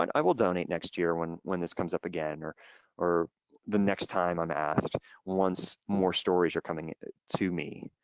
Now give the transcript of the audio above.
i will donate next year when when this comes up again or or the next time i'm asked once more stories are coming to me.